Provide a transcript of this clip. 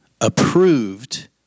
approved